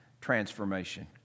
transformation